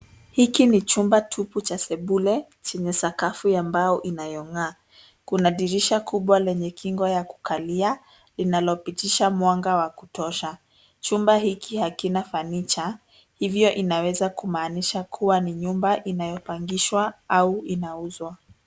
Hiki ni chumba tupu cha sebule, chenye sakafu ya mbao inayongaa, kuna dirisha kubwa lenye kingo ya kukalia linalopitisha mwanga wa kutosha, chumba hiki hakina fanicha hivyo inaweza kumaanisha kua ni nyumba inayopangishwa au inauzwa.